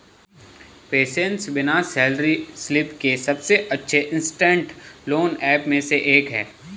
PaySense बिना salary slip के सबसे अच्छे इंस्टेंट लोन ऐप में से एक है